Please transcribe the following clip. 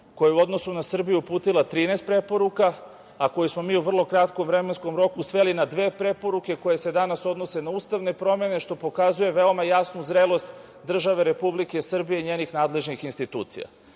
koja u odnosu na Srbiju uputila 13 preporuka, a koju smo mi u vrlo kratkom vremenskom roku sveli na sve preporuke koje se danas odnose na ustavne promene što pokazuje veoma jasnu zrelost države Republike Srbije i njenih nadležnih institucija.U